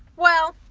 well,